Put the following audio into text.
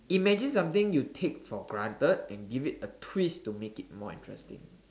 imagine something you take for granted and give it a twist to make it more interesting